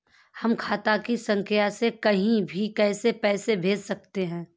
हम खाता संख्या से कहीं भी पैसे कैसे भेज सकते हैं?